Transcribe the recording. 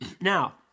Now